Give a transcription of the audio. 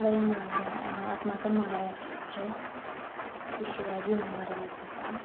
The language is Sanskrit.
वयं महरा अस्माकं महाराष्ट्रे छत्रपतिशिवाजीमहाराजः